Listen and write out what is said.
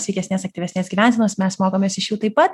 sveikesnės aktyvesnės gyvensenos mes mokomės iš jų taip pat